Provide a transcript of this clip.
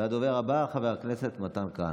הדובר הבא, חבר הכנסת מתן כהנא.